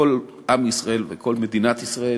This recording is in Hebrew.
כל עם ישראל וכל מדינת ישראל,